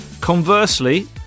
Conversely